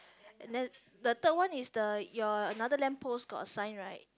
and then the third one is the your another lamppost got a sign right